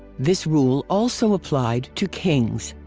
this rule also applied to kings.